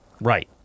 Right